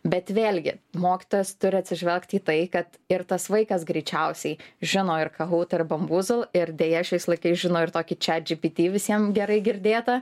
bet vėlgi mokytojas turi atsižvelgti į tai kad ir tas vaikas greičiausiai žino ir kahut ir bambuzl ir deja šiais laikais žino ir tokį čia chatgpt visiems gerai girdėtą